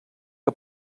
que